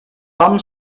tom